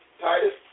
Titus